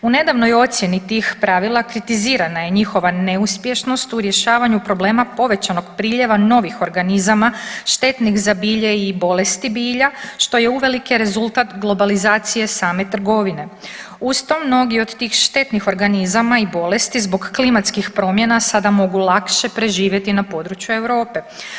U nedavnoj ocjeni tih pravila kritizirana je njihova neuspješnog u rješavanju problema povećanog priljeva novih organizama štetnih za bilje i bolesti bilja, što je uvelike rezultat globalizacije same trgovine uz to mnogi od tih štetnih organizama i bolesti zbog klimatskih promjena sada mogu lakše preživjeti na području Europe.